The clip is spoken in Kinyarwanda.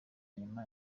nyuma